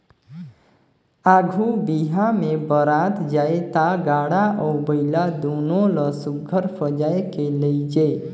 आघु बिहा मे बरात जाए ता गाड़ा अउ बइला दुनो ल सुग्घर सजाए के लेइजे